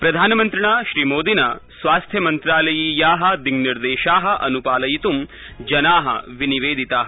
प्रधानमन्त्रिणा मोदिना स्वास्थ्यमन्त्रालयीया दिङ्निर्देशा अनुपालयितुं जना विनिवेदिता